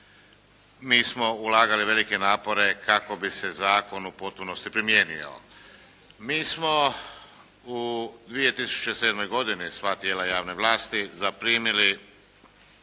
mi smo ulagali velike napore kako bi se zakon u potpunosti primijenio. Mi smo u 2007. godini sva tijela javne vlasti zaprimili